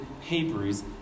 Hebrews